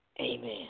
amen